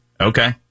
Okay